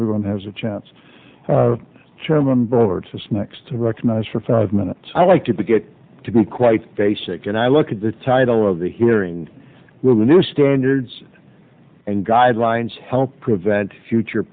everyone has a chance chairman burgess next to recognize for five minutes i'd like to get to be quite basic and i look at the title of the hearing where the new standards and guidelines help prevent future